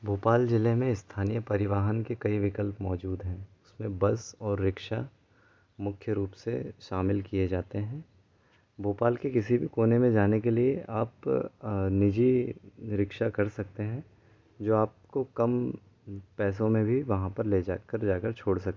भोपाल ज़िले में स्थानीय परिवहन के कई विकल्प मौजूद हैं उसमें बस और रिक्शा मुख्य रूप से शामिल किए जाते हैं भोपाल के किसी भी कोने में जाने के लिए आप निजी रिक्शा कर सकते हैं जो आपको कम पैसो में भी वहाँ पर ले जाकर जाकर छोड़ सकते हैं